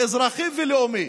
אזרחי ולאומי.